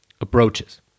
Approaches